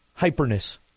hyperness